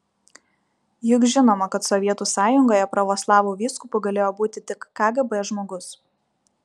juk žinoma kad sovietų sąjungoje pravoslavų vyskupu galėjo būti tik kgb žmogus